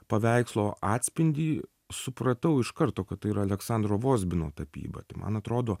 paveikslo atspindį supratau iš karto kad tai yra aleksandro vozbino tapyba tai man atrodo